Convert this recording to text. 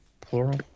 Plural